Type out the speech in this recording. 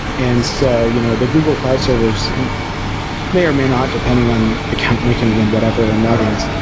and so you know the google cloud servers may or may not, depending on account linking and whatever and logins,